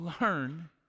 learn